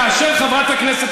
כאשר חברת הכנסת,